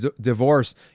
divorce